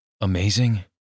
Amazing